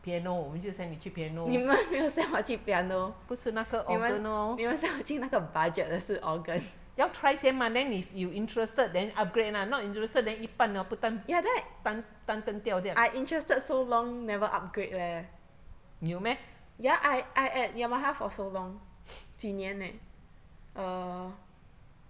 piano 我们就 send 你去 piano 不是那个 organ lor 要 try 先嘛 then if you interested then upgrade lah not interested then 一半都不半半天吊这样有 meh